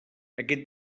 aquest